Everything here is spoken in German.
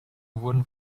wurden